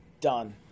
Done